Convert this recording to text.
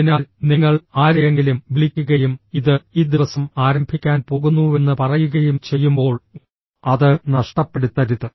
അതിനാൽ നിങ്ങൾ ആരെയെങ്കിലും വിളിക്കുകയും ഇത് ഈ ദിവസം ആരംഭിക്കാൻ പോകുന്നുവെന്ന് പറയുകയും ചെയ്യുമ്പോൾ അത് നഷ്ടപ്പെടുത്തരുത്